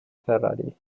ferrari